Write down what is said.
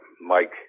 Mike